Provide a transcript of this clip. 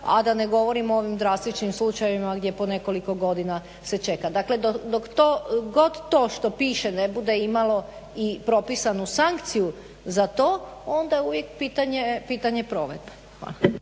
a da ne govorim o ovim drastičnim slučajevima gdje po nekoliko godina se čeka. Dakle, dok god to što piše ne bude imalo i propisanu sankciju za to onda je uvijek pitanje provedbe.